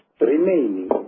Remaining